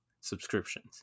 subscriptions